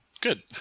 Good